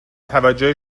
توجه